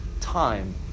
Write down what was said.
time